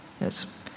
Yes